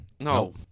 No